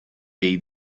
dei